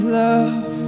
love